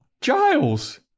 Giles